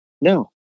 No